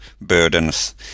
burdens